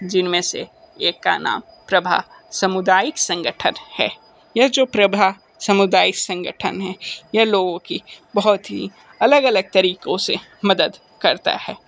जिनमें से एक का नाम प्रभा सामुदायिक संगठन है यह जो प्रभा सामुदायिक संगठन है यह लोगों की बहुत ही अलग अलग तरीकों से मदद करता है